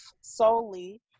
solely